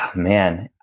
man,